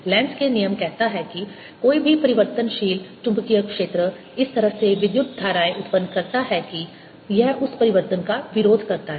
Lenz के नियम Lenz's law कहता है कि कोई भी परिवर्तनशील चुंबकीय क्षेत्र इस तरह से विद्युत धाराएँ उत्पन्न करता है कि यह उस परिवर्तन का विरोध करता है